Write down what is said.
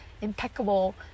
impeccable